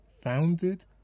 founded